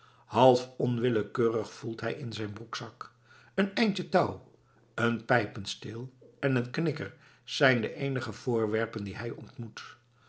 half onwillekeurig voelt hij in zijn broekzak een eindje touw een pijpensteel en een knikker zijn de eenige voorwerpen die hij ontmoet